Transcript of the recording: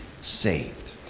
saved